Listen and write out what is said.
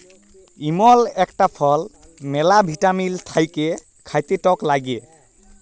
ইমল ইকটা ফল ম্যালা ভিটামিল থাক্যে খাতে টক লাগ্যে